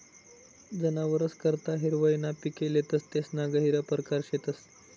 जनावरस करता हिरवय ना पिके लेतस तेसना गहिरा परकार शेतस